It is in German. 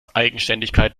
eigenständigkeit